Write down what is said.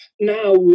Now